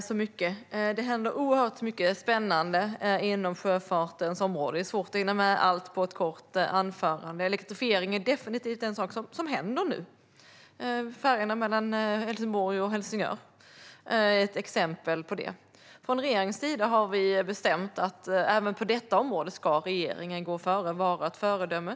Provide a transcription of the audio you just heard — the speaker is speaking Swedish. Fru talman! Det händer oerhört mycket spännande inom sjöfartens område. Det är svårt att hinna med allt på ett kort anförande. Elektrifiering är definitivt en sak som händer nu. Färjorna mellan Helsingborg och Helsingör är ett exempel på det. Från regeringens sida har vi bestämt att regeringen även på detta område ska gå före och vara ett föredöme.